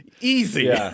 Easy